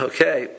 Okay